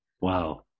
Wow